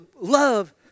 love